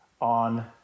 on